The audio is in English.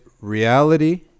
reality